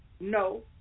no